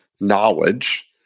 knowledge